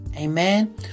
amen